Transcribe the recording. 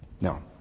No